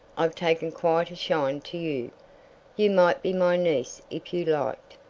i've taken quite a shine to you? you might be my niece if you liked.